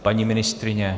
Paní ministryně?